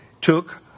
took